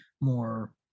more